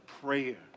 prayer